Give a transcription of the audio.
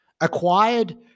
acquired